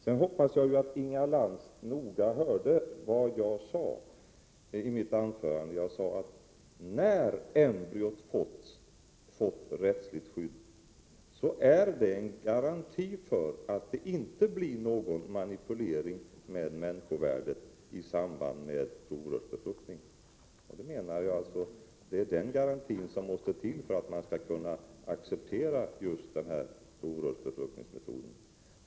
Jag hoppas att Inga Lantz noga hörde vad jag sade i mitt anförande, nämligen att när embryot får rättsligt skydd är detta en garanti för att det inte blir någon manipulering med människovärdet i samband med provrörsbefruktningen. Det är den garantin som måste komma till för att vi skall kunna acceptera just denna befruktningsmetod.